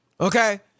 Okay